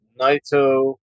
Naito